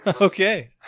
Okay